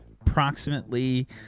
approximately